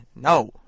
No